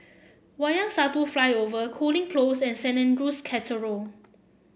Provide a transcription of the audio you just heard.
Wayang Satu Flyover Cooling Close and Saint Andrew's Cathedral